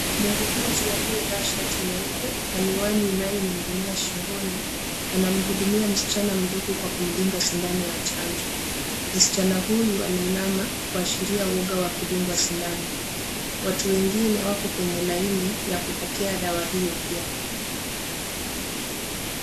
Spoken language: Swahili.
Muuguzi aliyevaa shati nyeupe na miwani inayoning'inia singoni, anamhudumia msichana mdogo kwa kumdunga sindano ya chanjo. Msichana huyu ameinama kuashiria uoga wa kudungwa sindano. Watu wengine wako kwenye laini ya kupokea dawa hiyo pia.